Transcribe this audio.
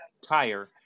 tire